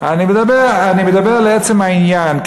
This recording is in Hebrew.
אני מדבר לעצם העניין.